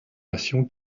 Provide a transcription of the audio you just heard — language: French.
nation